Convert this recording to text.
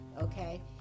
Okay